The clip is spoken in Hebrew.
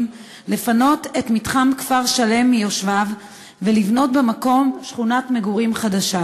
לפנות את מתחם כפר-שלם מיושביו ולבנות במקום שכונת מגורים חדשה.